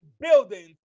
buildings